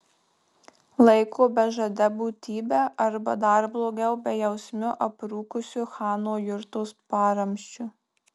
laiko bežade būtybe arba dar blogiau bejausmiu aprūkusiu chano jurtos paramsčiu